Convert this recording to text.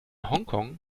hongkong